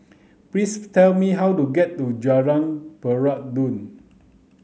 please tell me how to get to Jalan Peradun